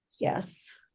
Yes